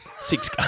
six